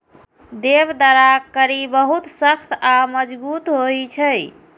देवदारक कड़ी बहुत सख्त आ मजगूत होइ छै